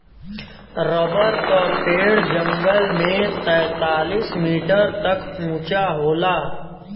rubber क पेड़ जंगल में तैंतालीस मीटर तक उंचा होला